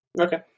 Okay